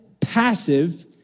passive